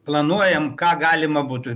planuojam ką galima būtų